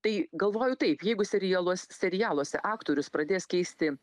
tai galvoju taip jeigu serialuos serialuose aktorius pradės keisti